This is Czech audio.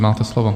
Máte slovo.